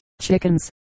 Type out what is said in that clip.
chickens